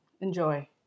Enjoy